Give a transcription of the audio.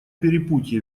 перепутье